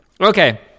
Okay